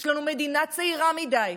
יש לנו מדינה צעירה מדי,